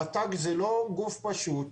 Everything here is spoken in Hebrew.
הרט"ג זה לא גוף פשוט,